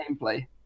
gameplay